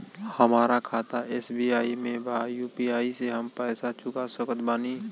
हमारा खाता एस.बी.आई में बा यू.पी.आई से हम पैसा चुका सकत बानी?